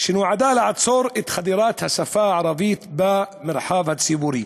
שנועדה לעצור את חדירת השפה הערבית למרחב הציבורי